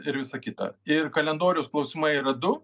ir visa kita ir kalendorių skausmai yra du